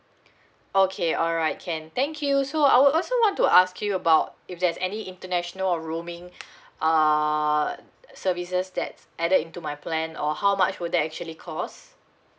okay alright can thank you so I would also want to ask you about if there's any international or roaming uh services that added into my plan or how much will that actually cost